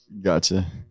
gotcha